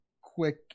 quick